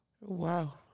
Wow